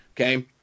Okay